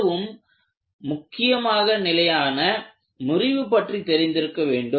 அதுவும் முக்கியமாக நிலையான முறிவு பற்றி தெரிந்திருக்க வேண்டும்